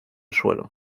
suelo